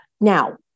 Now